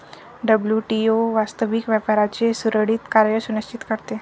WTO वास्तविक व्यापाराचे सुरळीत कार्य सुनिश्चित करते